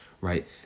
right